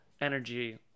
energy